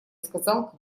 сказал